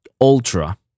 ultra